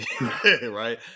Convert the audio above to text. Right